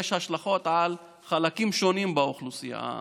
יש השלכות על חלקים שונים באוכלוסייה.